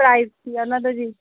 price ਕੀ ਆ ਉਹਨਾਂ ਦਾ ਜੀ